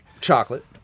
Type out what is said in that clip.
Chocolate